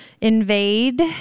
invade